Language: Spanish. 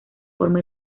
forma